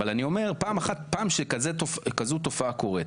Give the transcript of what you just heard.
כשזו תופעה קורית,